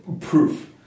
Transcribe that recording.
proof